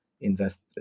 invest